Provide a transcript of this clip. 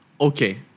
Okay